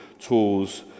tools